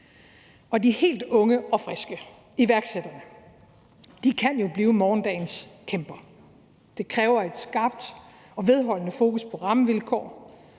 De helt unge og friske, iværksætterne, kan jo blive morgendagens kæmper. Det kræver et skarpt og vedholdende fokus på rammevilkår.